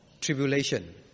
tribulation